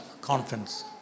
conference